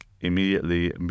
immediately